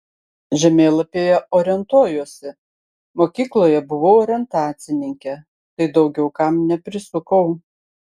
žemėlapyje orientuojuosi mokykloje buvau orientacininkė tai daugiau km neprisukau